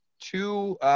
two